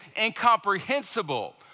incomprehensible